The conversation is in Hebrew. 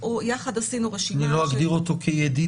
יחד עשינו רשימה -- לא אגדיר אותו כידידי,